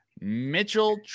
Mitchell